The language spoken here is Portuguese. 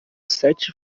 sete